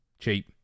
cheap